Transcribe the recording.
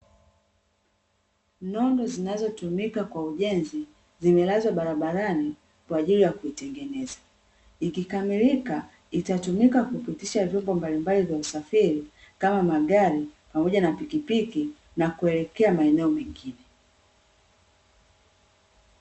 Nondo zinazotumika kwa ujenzi zimelazwa barabarani kwa ajili ya kuitengeneza. Ikikamilika, itatumika kupitisha vyombo mablimbali vya usafiri kama magari pamoja na pikipiki na kuelekea maeneo mengine.